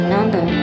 Number